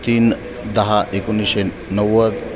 तीन दहा एकोणीसशे नव्वद